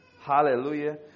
hallelujah